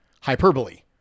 hyperbole